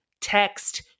text